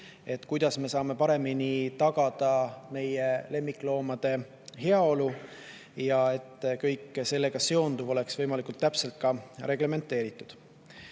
kuidas me saame paremini tagada meie lemmikloomade heaolu ja et kõik sellega seonduv oleks võimalikult täpselt reglementeeritud. Kõigepealt